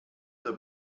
der